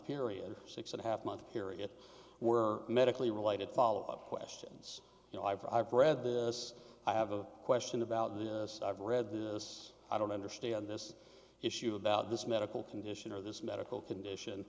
period six and a half month period were medically related follow up questions you know i've read this i have a question about this i've read this i don't understand this issue about this medical condition or this medical condition